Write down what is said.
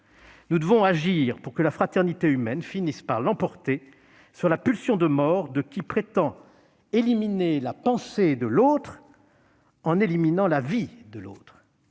Nous devons agir pour que la fraternité humaine finisse par l'emporter sur la pulsion de mort de qui prétend éliminer la pensée de l'autre en éliminant la vie de l'autre.